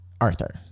arthur